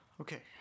Okay